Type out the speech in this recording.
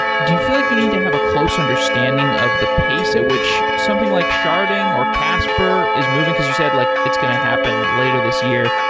do you feel like you need to have a close understanding of the pace at which something like sharding or casper is moving? because you said, like it's going to happen later this year.